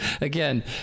Again